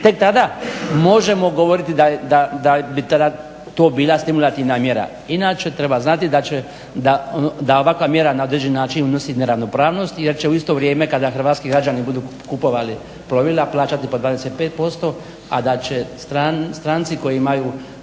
tek tada možemo govoriti da bi to bila stimulativna mjera. Inače treba znati da će, da ovakva mjera na određen način unosi neravnopravnost jer će u isto vrijeme kada hrvatski građani budu kupovali plovila plaćati po 25%, a da će stranci koji imaju